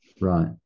Right